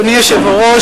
אדוני היושב-ראש,